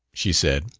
she said.